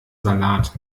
salat